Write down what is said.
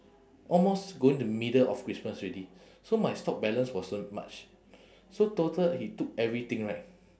almost going to middle of christmas already so my stock balance wasn't much so total he took everything right